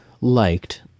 liked